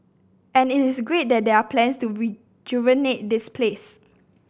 and it is great that there are plans to rejuvenate this place